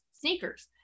sneakers